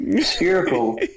Spherical